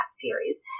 series